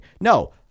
No